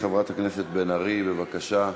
חברת הכנסת בן ארי, בבקשה.